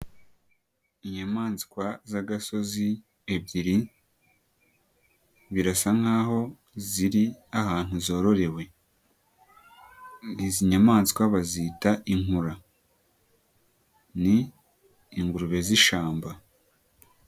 Inyamaswa z'agasozi ebyiri birasa nkaho ziri ahantu zororewe. Izi nyamaswa bazita inkura ni ingurube z'ishyamba.